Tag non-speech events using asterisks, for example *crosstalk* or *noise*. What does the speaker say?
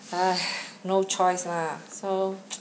!hais! no choice lah so *noise*